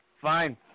fine